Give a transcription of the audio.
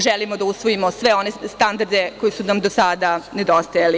Želimo da usvojimo sve one standarde koji su nam do sada nedostajali.